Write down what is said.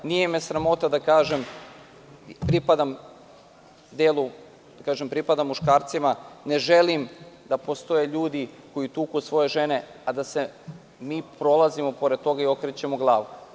Nije me sramota da kažem, pripadam delu, pripadam muškarcima, ne želim da postoje ljudi koji tuku svoje žene, a da mi prolazimo pored toga i okrećemo glavu.